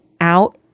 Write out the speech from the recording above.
out